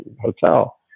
Hotel